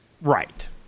Right